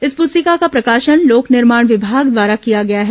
इस पुस्तिका का प्रकाशन लोक निर्माण विभाग द्वारा किया गया है